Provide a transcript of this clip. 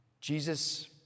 Jesus